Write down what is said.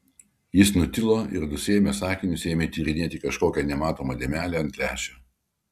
jis nutilo ir nusiėmęs akinius ėmė tyrinėti kažkokią nematomą dėmelę ant lęšio